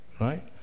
right